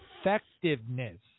effectiveness